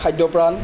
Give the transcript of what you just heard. খাদ্য প্ৰাণ